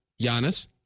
Giannis